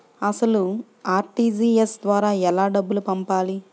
అసలు అర్.టీ.జీ.ఎస్ ద్వారా ఎలా డబ్బులు పంపాలి?